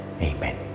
Amen